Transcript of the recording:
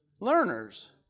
Learners